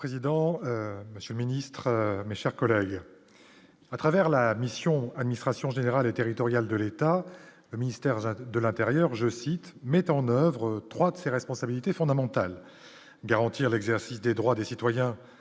Monsieur le président, Monsieur le Ministre, mes chers collègues, à travers la mission administration générale et territoriale de l'État, le ministère de l'Intérieur, je cite, met en oeuvre 3 de ses responsabilités fondamentales garantir l'exercice des droits des citoyens